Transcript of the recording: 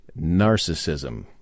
narcissism